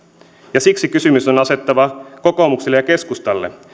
ja siksi kysymys on asetettava kokoomukselle ja keskustalle